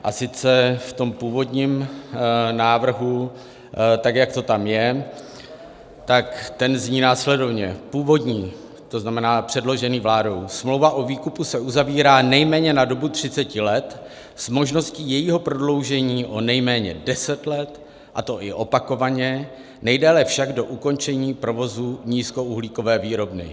A sice v tom původním návrhu tak, jak to tam je, tak ten zní následovně původní, to znamená předložený vládou: Smlouva o výkupu se uzavírá nejméně na dobu 30 let s možností jejího prodloužení o nejméně 10 let, a to i opakovaně, nejdéle však do ukončení provozu nízkouhlíkové výrobny.